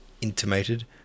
intimated